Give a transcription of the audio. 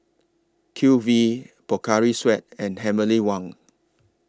Q V Pocari Sweat and Heavenly Wang